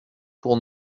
pour